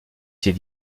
ses